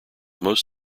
most